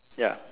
ya